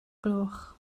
gloch